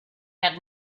had